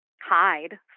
hide